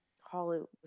Hollywood